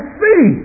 see